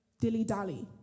dilly-dally